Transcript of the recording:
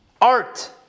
Art